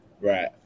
Right